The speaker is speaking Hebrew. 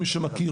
למי שמכיר,